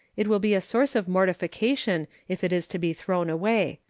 it will be a source of mortification if it is to be thrown away.